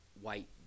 white